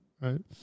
right